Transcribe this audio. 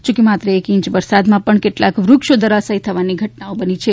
જોકે માત્ર એક ઇંચ વરસાદમાં પણ કેટલાંક વૃક્ષો ધરાશાયી થવાની ઘટના બની છે